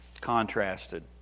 contrasted